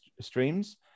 streams